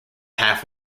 half